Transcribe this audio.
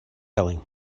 telling